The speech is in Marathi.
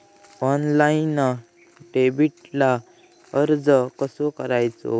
ऑनलाइन डेबिटला अर्ज कसो करूचो?